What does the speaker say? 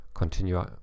Continue